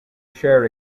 share